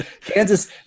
Kansas